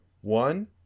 One